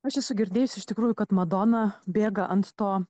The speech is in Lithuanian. aš esu girdėjusi iš tikrųjų kad madona bėga ant to